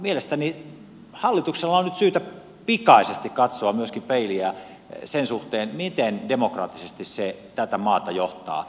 mielestäni hallituksella on nyt syytä pikaisesti katsoa peiliin sen suhteen miten demokraattisesti se tätä maata johtaa